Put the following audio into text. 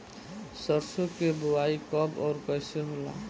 सरसो के बोआई कब और कैसे होला?